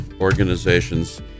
organizations